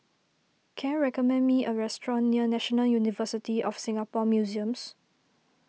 can you recommend me a restaurant near National University of Singapore Museums